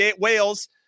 Wales